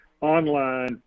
online